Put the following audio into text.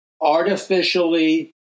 artificially